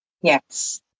Yes